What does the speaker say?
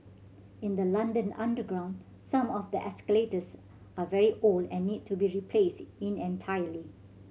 in the London underground some of the escalators are very old and need to be replaced in entirety